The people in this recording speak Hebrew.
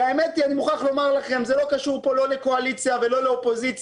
אני מוכרח לומר לכם שזה לא קשור כאן לא לקואליציה ולא לאופוזיציה,